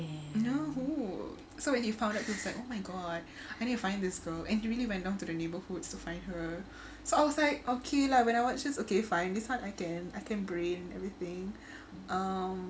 know who so when he found out he was like oh my god I need to find this girl and he really went down to the neighbourhoods to find her so I was like okay lah when I watch this okay fine this one can I can brain everything um